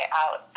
out